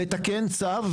לתקן צו.